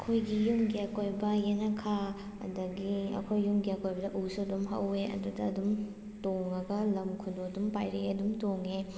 ꯑꯩꯈꯣꯏꯒꯤ ꯌꯨꯝꯒꯤ ꯑꯀꯣꯏꯕ ꯌꯦꯅꯈꯥ ꯑꯗꯒꯤ ꯑꯩꯈꯣꯏꯒꯤ ꯌꯨꯝꯒꯤ ꯑꯀꯣꯏꯕꯗ ꯎꯨꯁꯨ ꯑꯗꯨꯝ ꯍꯧꯋꯦ ꯑꯗꯨꯗ ꯑꯗꯨꯝ ꯇꯣꯡꯉꯒ ꯂꯝ ꯈꯨꯅꯨ ꯑꯗꯨꯝ ꯄꯥꯏꯔꯛꯏ ꯑꯗꯨꯝ ꯇꯣꯡꯉꯦ